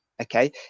okay